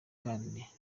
kandi